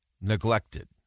neglected